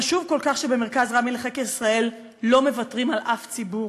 חשוב כל כך שבמרכז רבין לחקר ישראל לא מוותרים על אף ציבור.